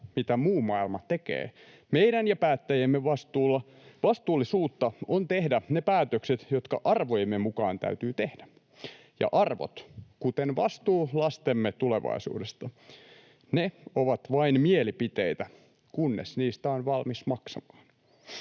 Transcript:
mitä muu maailma tekee, meidän ja päättäjiemme vastuullisuutta on tehdä ne päätökset, jotka arvojemme mukaan täytyy tehdä. Ja arvot — kuten vastuu lastemme tulevaisuudesta — ne ovat vain mielipiteitä, kunnes niistä on valmis maksamaan.”